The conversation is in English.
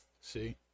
See